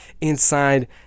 inside